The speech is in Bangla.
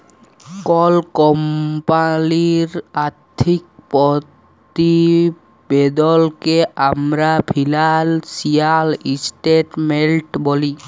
কল কমপালির আথ্থিক পরতিবেদলকে আমরা ফিলালসিয়াল ইসটেটমেলট ব্যলি